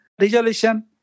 resolution